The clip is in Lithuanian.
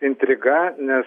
intriga nes